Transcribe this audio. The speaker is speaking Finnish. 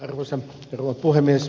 arvoisa rouva puhemies